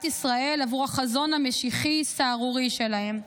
ישראל עבור החזון המשיחי הסהרורי שלהם.